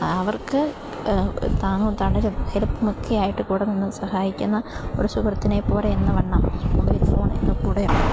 അവർക്ക് താങ്ങും തണലും ഹെൽപ്പുമൊക്കെയായിട്ട് കൂടെ നിന്ന് സഹായിക്കുന്ന ഒരു സുഹൃത്തിനെ പോലെയെന്ന വണ്ണം മൊബൈൽ ഫോൺ ഇന്ന് കൂടെയുണ്ട്